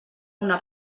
una